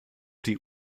die